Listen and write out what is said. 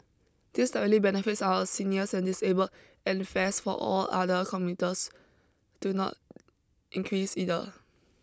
this directly benefits our seniors and disabled and fares for all other commuters do not increase either